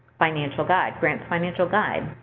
financial guide grants financial guide.